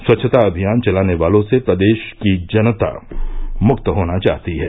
स्वच्छता अभियान चलाने वालों से प्रदेस की जनता मुक्त होना चाहती है